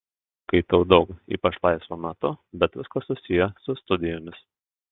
skaitau daug ypač laisvu metu bet viskas susiję su studijomis